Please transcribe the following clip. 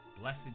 Blessed